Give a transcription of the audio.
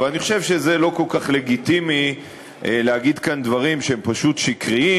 אבל אני חושב שזה לא כל כך לגיטימי להגיד כאן דברים שהם פשוט שקריים,